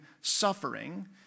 suffering